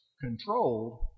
controlled